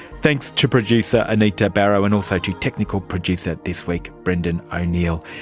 thanks to producer anita barraud and also to technical producer this week brendan o'neill.